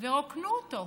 ורוקנו אותו?